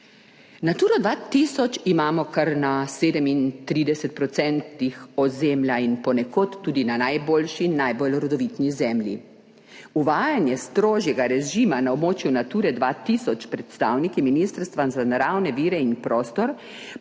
Naturo 2000 imamo kar na 37 % ozemlja in ponekod tudi na najboljši in najbolj rodovitni zemlji. Uvajanje strožjega režima na območju Nature 2000 predstavniki Ministrstva za naravne vire in prostor